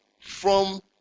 from